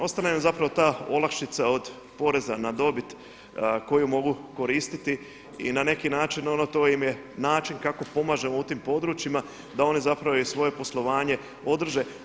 Ostane im zapravo ta olakšica od poreza na dobit koju mogu koristiti, i na neki način to im je način kako pomažemo u tim područjima da oni zapravo i svoje poslovanje održe.